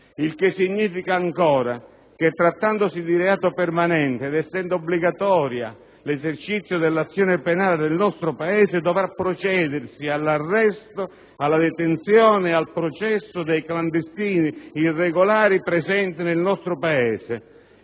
il che significa ancora che, trattandosi di reato permanente ed essendo obbligatorio l'esercizio dell'azione penale del nostro Paese, dovrà procedersi all'arresto, alla detenzione e al processo dei clandestini irregolari presenti in Italia.